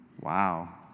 Wow